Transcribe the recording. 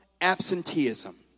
absenteeism